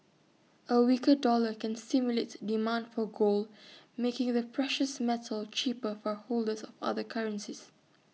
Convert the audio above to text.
A weaker dollar can stimulate demand for gold making the precious metal cheaper for holders of other currencies